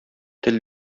тел